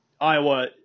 Iowa